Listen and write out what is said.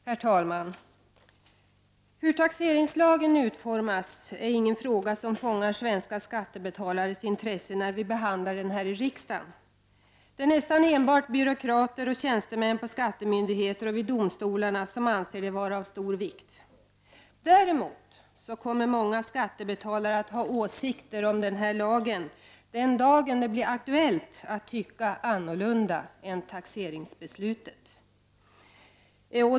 Herr talman! Hur taxeringslagen utformas är ingen fråga som fångar svenska skattebetalares intresse när vi behandlar den här i riksdagen. Det är nästan enbart byråkrater och tjänstemän på skattemyndigheter och vid domstolarna som anser det vara av stor vikt. Däremot kommer många skattebetalare att ha åsikter om den här lagen den dag när det blir aktuellt att tycka annorlunda än taxeringsbeslutet.